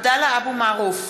(קוראת בשמות חברי הכנסת) עבדאללה אבו מערוף,